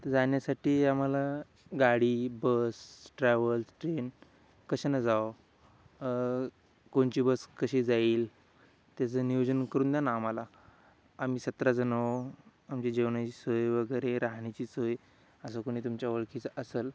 तर जाण्यासाठी आम्हाला गाडी बस ट्रॅव्हल्स ट्रेन कशा ना जावं कोणची बस कशी जाईल त्याचं नियोजन करून द्या ना आम्हाला आम्ही सतरा जण आमच्या जेवणाची सोय वगैरे राहण्याची सोय असं कोणी तुमच्या ओळखीचं असेल